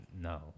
no